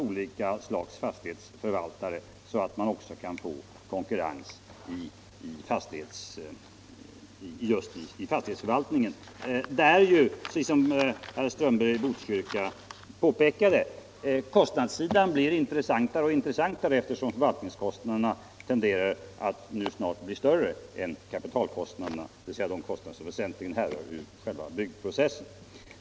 Som herr Strömberg i Botkyrka påpekade blir förvaltningskostnaderna alltmer intressanta, eftersom dessa nu tenderar att bli större än kapitalkostnaderna, dvs. de kostnader som väsentligen härrör ur byggprocessen.